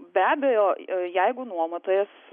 be abejo jeigu nuomotojas